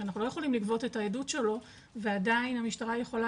שאנחנו לא יכולים לגבות את העדות שלו ועדיין המשטרה יכולה